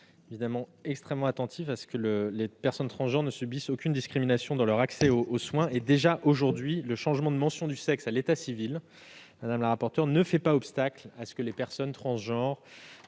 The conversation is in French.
est extrêmement attentif à ce que les personnes transgenres ne subissent aucune discrimination dans leur accès aux soins. Madame la rapporteure, le changement de mention du sexe à l'état civil ne fait pas obstacle à ce que les personnes transgenres